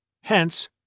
Hence